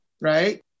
right